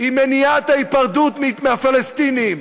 היא מניעת ההיפרדות מהפלסטינים,